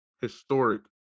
historic